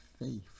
faith